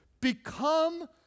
Become